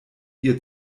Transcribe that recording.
ihr